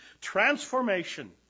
transformation